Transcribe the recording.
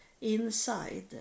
inside